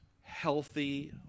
healthy